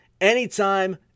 anytime